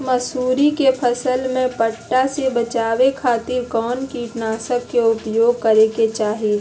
मसूरी के फसल में पट्टा से बचावे खातिर कौन कीटनाशक के उपयोग करे के चाही?